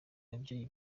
ababyeyi